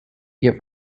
give